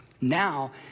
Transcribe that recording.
Now